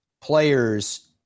players